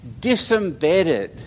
disembedded